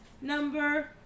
Number